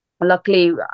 Luckily